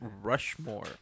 Rushmore